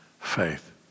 Faith